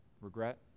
regret